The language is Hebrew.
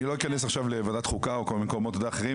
אני לא אכנס עכשיו לוועדת חוקה או כל מיני מקומות אחרים,